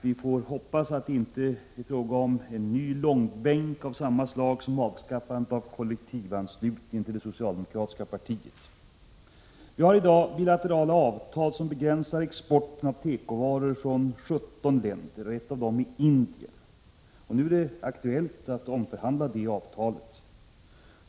Vi hoppas att det inte är fråga om en ny långbänk av samma slag som avskaffande av kollektivanslutningen till det socialdemokratiska partiet. Vi har i dag bilaterala avtal som begränsar exporten av tekovaror från 17 länder. Ett av dessa länder är Indien. Nu är det aktuellt att omförhandla detta avtal.